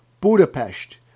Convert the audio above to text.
Budapest